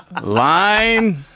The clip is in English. line